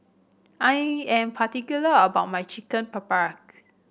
I am particular about my Chicken Paprikas